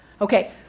Okay